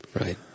Right